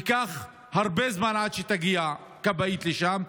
ייקח הרבה זמן עד שתגיע כבאית לשם,